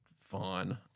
fine